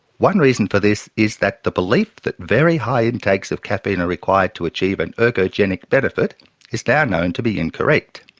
one reason for this is that the belief that very high intakes of caffeine are required to achieve an ergogenic benefit is now known to be incorrect.